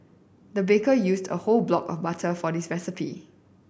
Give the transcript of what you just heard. the baker used a whole block of butter for this recipe